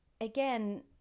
again